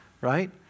right